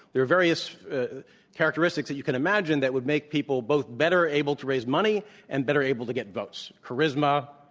there are various characteristics that you can imagine that would make people both better able to raise money and better able to get votes, charisma,